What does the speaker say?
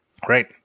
Great